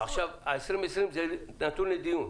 ה-2020 נתון לדיון.